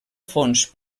fons